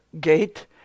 gate